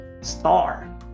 star